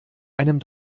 einem